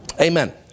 Amen